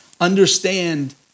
understand